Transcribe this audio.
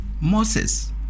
Moses